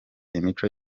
imico